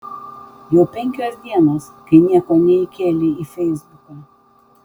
jau penkios dienos kai nieko neįkėlei į feisbuką